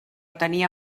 tenia